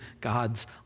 God's